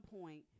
point